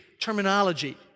terminology